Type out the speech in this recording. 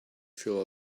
fill